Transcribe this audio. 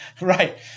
Right